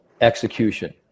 execution